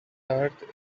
earth